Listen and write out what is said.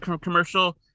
commercial